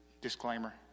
disclaimer